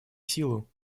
силу